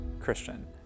Christian